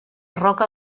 roca